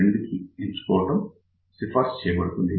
2 ఎంచుకోవడం సిఫార్సు చేయబడుతుంది